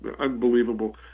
Unbelievable